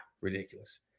ridiculous